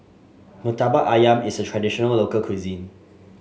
Murtabak ayam is a traditional local cuisine